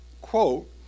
Quote